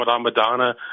Madonna